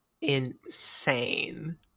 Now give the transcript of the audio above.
insane